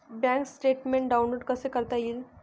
Bank statement download कसे करता येईल?